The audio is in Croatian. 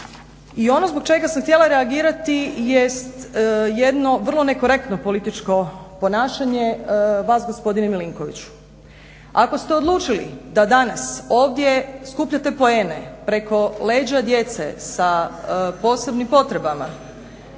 I ono zbog čega sam htjela reagirati jest jedno vrlo nekorektno političko ponašanje vas gospodine Milinkoviću. Ako ste odlučili da danas ovdje skupljate poene preko leđa djece sa posebnim potrebama